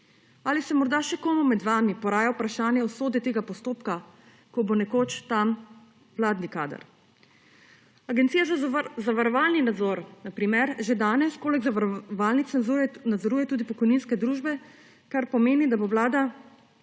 Ali se morda še komu med vami poraja vprašanje usode tega postopka, ko bo nekoč tam vladni kader? Agencija za zavarovalni nadzor, na primer, že danes poleg zavarovalnic nadzoruje tudi pokojninske družbe, kar pomeni, da bo Vlada